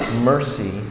Mercy